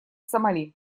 сомали